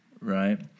right